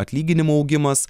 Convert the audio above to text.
atlyginimų augimas